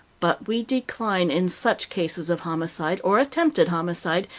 but we decline in such cases of homicide, or attempted homicide,